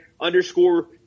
underscore